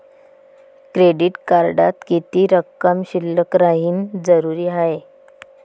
Credit कार्डात किती रक्कम शिल्लक राहानं जरुरी हाय?